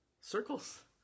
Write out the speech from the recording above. circles